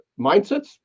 mindsets